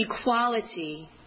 Equality